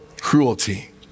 cruelty